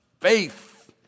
faith